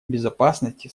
безопасности